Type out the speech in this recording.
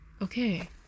Okay